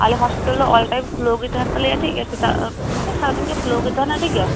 ᱟᱞᱮ ᱦᱳᱥᱯᱤᱴᱟᱞ ᱫᱚ all time ᱠᱷᱩᱞᱟᱹᱣ ᱜᱮ ᱛᱟᱦᱮᱱ ᱛᱟᱞᱮᱭᱟ ᱴᱷᱤᱠᱜᱮᱭᱟ ᱥᱮᱛᱟᱜ ᱢᱟᱱᱮ ᱥᱟᱨᱟ ᱫᱤᱱᱜᱮ ᱠᱷᱩᱞᱟᱹᱣ ᱜᱮ ᱛᱟᱦᱮᱱᱟ ᱴᱷᱤᱠᱜᱮᱭᱟ